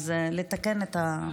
אז לתקן את,